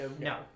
No